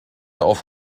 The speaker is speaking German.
auf